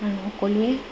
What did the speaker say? আৰু সকলোৱে